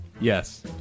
Yes